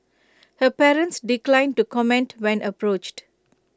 her parents declined to comment when approached